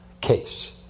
case